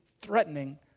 threatening